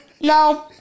No